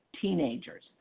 teenagers